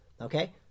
okay